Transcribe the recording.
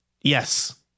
Yes